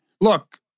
look